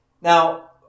Now